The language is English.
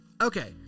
Okay